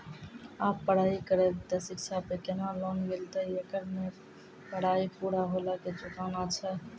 आप पराई करेव ते शिक्षा पे केना लोन मिलते येकर मे पराई पुरा होला के चुकाना छै?